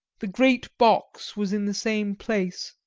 the great box was in the same place,